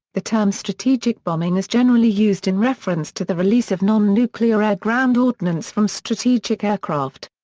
the term strategic bombing is generally used in reference to the release of non-nuclear air-ground ordnance from strategic aircraft.